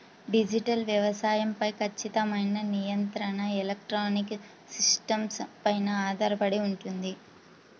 digital వ్యవసాయం పై ఖచ్చితమైన నియంత్రణ ఎలక్ట్రానిక్ సిస్టమ్స్ పైన ఆధారపడి ఉంటుంది